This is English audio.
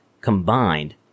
combined